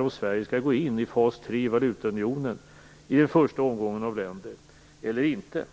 om Sverige skall gå in i fas tre i valutaunionen i den första omgången av länder eller inte.